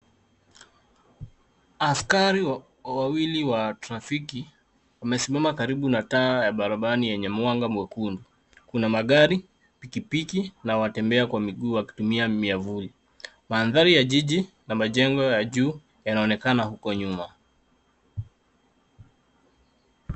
Askari wawili wa trafiki wamesimama karibu na taa ya barabarani yenye mwanga mwekundu. Kuna magari pikipiki na watebea kwa miguu wakitumia miavuli. Mandhari ya jiji na majengo ya juu yanaonekana huko nyuma.